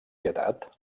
pietat